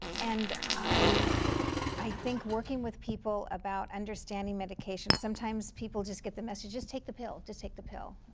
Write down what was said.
and i i think working with people about understanding medication, sometimes people just get the messages, take the pill. just take the pill.